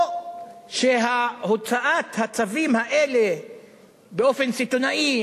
או שהוצאת הצווים האלה באופן סיטוני,